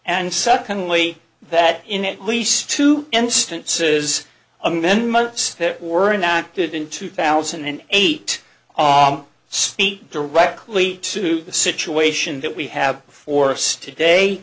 and secondly that in at least two instances amendments that were inactive in two thousand and eight speak directly to the situation that we have forced today